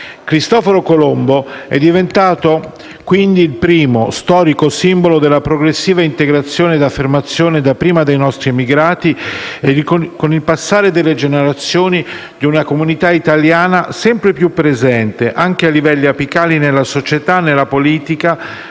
Cristoforo Colombo è diventato, quindi, il primo, storico simbolo della progressiva integrazione e affermazione, dapprima dei nostri emigrati e, con il passare delle generazioni, di una comunità italiana sempre più presente anche a livelli apicali nella società, nella politica,